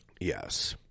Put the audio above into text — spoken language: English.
Yes